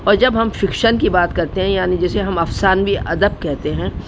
اور جب ہم فکشن کی بات کرتے ہیں یعنی جسے ہم افسانوی ادب کہتے ہیں